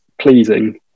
pleasing